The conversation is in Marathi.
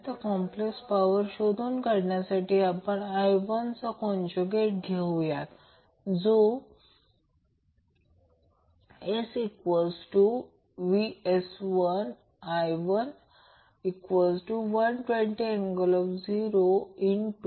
तर कॉम्प्लेक्स पॉवर शोधून काढण्यासाठी आपण I1 चा कंजुगेट घेऊया SVSI1120∠011